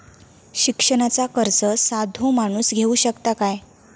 शिक्षणाचा कर्ज साधो माणूस घेऊ शकता काय?